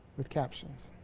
with captions